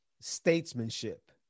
statesmanship